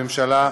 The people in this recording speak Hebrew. הממשלה,